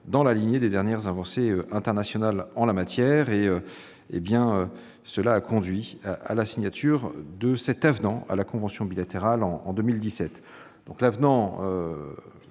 dans la lignée des dernières avancées internationales en la matière. Cela a conduit à la signature de cet avenant à la convention bilatérale en 2017.